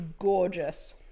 gorgeous